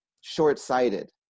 short-sighted